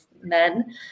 men